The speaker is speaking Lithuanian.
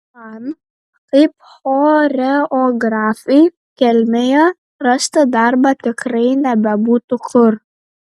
man kaip choreografei kelmėje rasti darbą tikrai nebebūtų kur